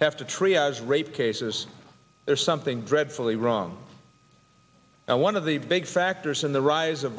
have to treat as rape cases there's something dreadfully wrong and one of the big factors in the rise of